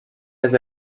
les